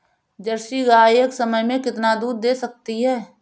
Jersey गाय एक समय में कितना दूध दे सकती है?